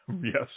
Yes